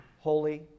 Holy